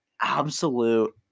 Absolute